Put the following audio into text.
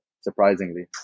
surprisingly